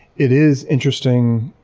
it is interesting.